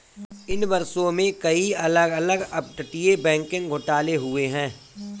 इन वर्षों में, कई अलग अलग अपतटीय बैंकिंग घोटाले हुए हैं